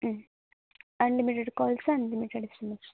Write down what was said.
മ് unlimited calls unlimited S M S